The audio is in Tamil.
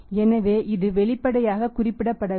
எனவே இது வெளிப்படையாக குறிப்பிடவில்லை